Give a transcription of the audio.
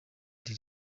lil